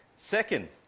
Second